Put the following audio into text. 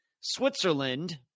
Switzerland